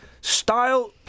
Style